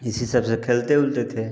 इसी सब से खेलते ऊलते थे